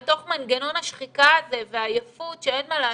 בתוך מנגנון השחיקה הזה והעייפות שאין מה לעשות,